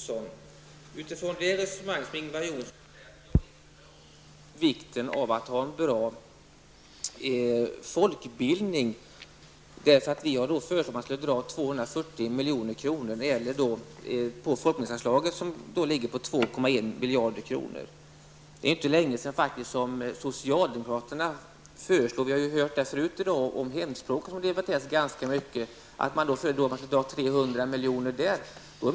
Herr talman! En mycket kort replik till Ingvar Ingvar Johnsson för resonemanget att jag inte inser vikten av att ha en bra folkbildning därför att vi har föreslagit att man skulle dra 240 milj.kr. från folkbildningsanslaget, som ligger pål 2,1 miljarder kronor. Det är faktiskt inte länge sedan socialdemokraterna föreslog att man skulle dra 300 miljoner från anslaget för hemspråk, som i dag har debatterats ganska mycket.